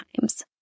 times